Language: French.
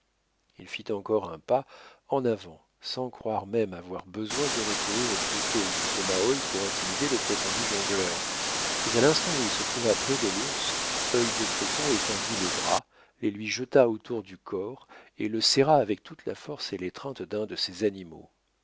il fit encore un pas en avant sans croire même avoir besoin de recourir au couteau ou au tomahawk pour intimider le prétendu jongleur mais à l'instant où il se trouva près de l'ours œil de faucon étendit les bras les lui jeta autour du corps et le serra avec toute la force et l'étreinte d'un de ces animaux